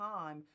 time